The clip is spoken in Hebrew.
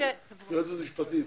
יועצת משפטית,